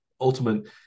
ultimate